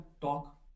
talk